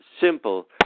simple